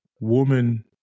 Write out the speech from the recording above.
woman